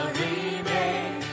remain